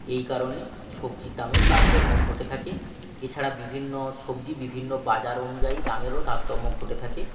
এই কারণে সবজির দামের তারতম্য ঘটে থাকে এছাড়া বিভিন্ন সবজি বিভিন্ন বাজার অনুযায়ী দামেরও তারতম্য ঘটে থাকে